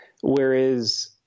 whereas